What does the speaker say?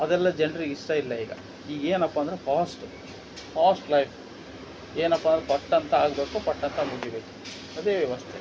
ಅದೆಲ್ಲ ಜನ್ರಿಗೆ ಇಷ್ಟ ಇಲ್ಲ ಈಗ ಈಗ ಏನಪ್ಪ ಅಂದರೆ ಫಾಸ್ಟ್ ಫಾಸ್ಟ್ ಲೈಫ್ ಏನಪ್ಪ ಅಂದ್ರೆ ಪಟ್ ಅಂತ ಆಗಬೇಕು ಪಟ್ ಅಂತ ಮುಗೀಬೇಕು ಅದೇ ವ್ಯವಸ್ಥೆ